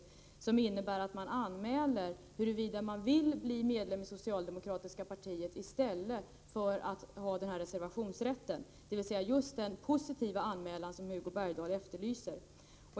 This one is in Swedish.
Det skulle innebära att man anmäler huruvida man vill bli medlem i det socialdemokratiska partiet i stället för att ha en reservationsrätt. Det handlar alltså om just den positiva anmälan som Hugo Bergdahl efterlyser.